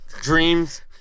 dreams